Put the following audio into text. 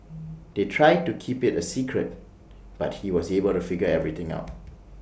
they tried to keep IT A secret but he was able to figure everything out